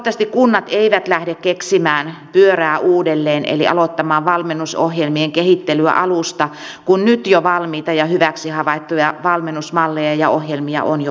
toivottavasti kunnat eivät lähde keksimään pyörää uudelleen eli aloittamaan valmennusohjelmien kehittelyä alusta kun jo nyt valmiita ja hyväksi havaittuja valmennusmalleja ja ohjelmia on olemassa